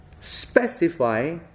specify